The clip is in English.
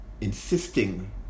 insisting